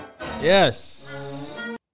Yes